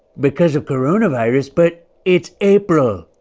because of coronavirus? but it's april.